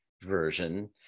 version